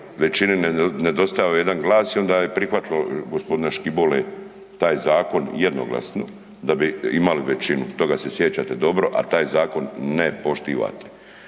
većini nedostajao jedan glas i onda je prihvatilo gospodina Škibole taj zakon jednoglasno da bi imali većinu, toga se sjećate dobro, a taj zakon ne poštivate.